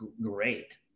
great